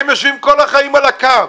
הם יושבים כל החיים על הקו.